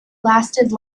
lasted